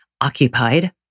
occupied